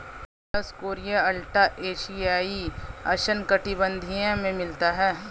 Dioscorea alata एशियाई उष्णकटिबंधीय में मिलता है